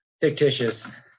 fictitious